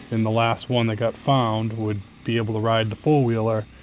and the last one that got found would be able to ride the four-wheeler.